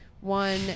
one